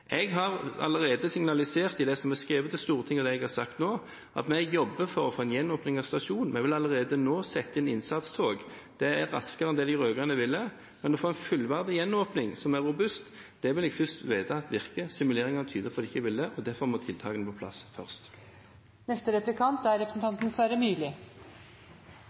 Jeg har allerede signalisert i det som er skrevet til Stortinget, og det jeg har sagt nå, at vi jobber for å få en gjenåpning av stasjonen. Vi vil allerede nå sette inn innsatstog. Det er raskere enn det de rød-grønne ville. Men for å få en fullverdig gjenåpning som er robust, vil jeg først vite om det virker. Simuleringene tyder på at det ikke ville det, og derfor må tiltakene på plass først.